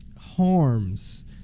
harms